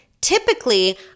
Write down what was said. Typically